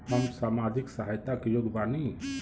हम सामाजिक सहायता के योग्य बानी?